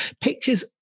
Pictures